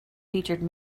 featured